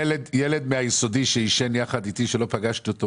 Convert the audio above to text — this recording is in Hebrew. ילד מבית ספר יסודי שעישן יחד אתי ומאז לא פגשתי אותו,